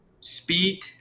speed